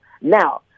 Now